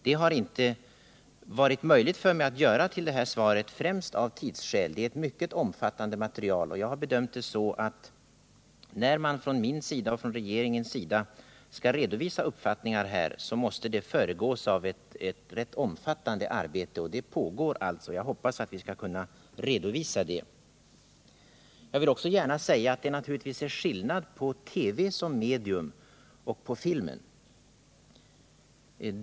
Det har inte varit möjligt för mig att göra det i detta svar, främst av tidsskäl. Det är ett mycket omfattande material, och jag har bedömt det så att när man från min och regeringens sida skall redovisa våra uppfattningar, måste det föregås av ett ganska omfattande arbete. Det pågår, och jag hoppas, som sagt, att vi senare skall kunna redovisa det. Jag vill gärna också säga att det naturligtvis är skillnad på TV som medium och filmen.